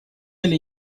или